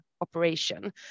operation